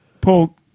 Paul